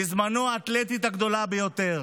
בזמנו, האתלטית הגדולה ביותר.